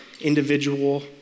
individual